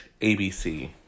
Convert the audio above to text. ABC